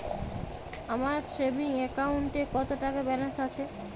আমার সেভিংস অ্যাকাউন্টে কত টাকা ব্যালেন্স আছে?